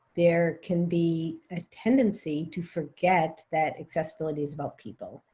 there can be a tendency to forget that accessibility is about people.